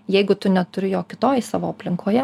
jeigu tu neturi jo kitoj savo aplinkoje